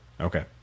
Okay